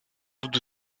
doute